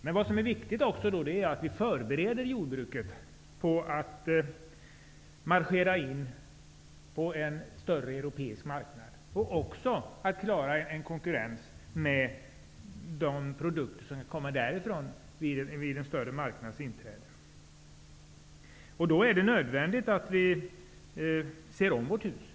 Det är viktigt att vi förbereder jordbruket på att marschera in på en större europeisk marknad och på att klara konkurrensen med produkter från den marknaden. Då är det nödvändigt att vi ser om vårt hus.